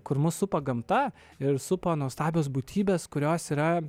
kur mus supa gamta ir supa nuostabios būtybės kurios yra